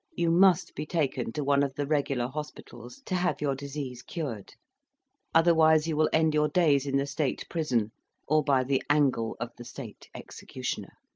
you must be taken to one of the regular hospitals to have your disease cured otherwise you will end your days in the state prison or by the angle of the state executioner.